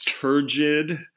turgid